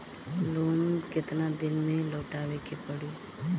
Loan केतना दिन में लौटावे के पड़ी?